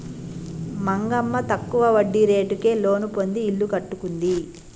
మంగమ్మ తక్కువ వడ్డీ రేటుకే లోను పొంది ఇల్లు కట్టుకుంది